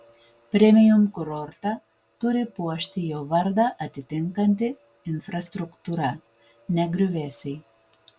premium kurortą turi puošti jo vardą atitinkanti infrastruktūra ne griuvėsiai